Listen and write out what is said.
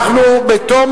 בתום